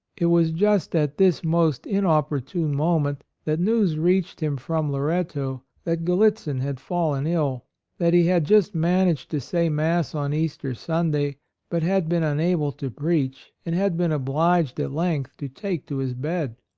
it was just at this most inopportune moment that news reached him from loretto that gallitzin had fallen ill that he had just managed to say mass on easter sunday but had been unable to preach, and had been obliged at length to take to his bed.